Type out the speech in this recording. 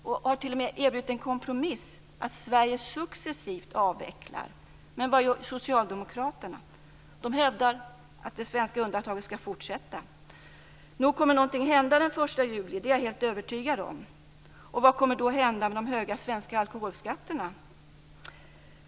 Vi har t.o.m. erbjudit en kompromiss, nämligen att Sverige successivt avvecklar. Men vad gör Socialdemokraterna? De hävdar att det svenska undantaget ska fortsätta. Nog kommer någonting att hända den 1 juli. Det är jag helt övertygad om. Vad kommer då att hända med de höga svenska alkoholskatterna?